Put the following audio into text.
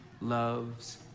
loves